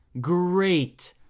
great